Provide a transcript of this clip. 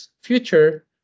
future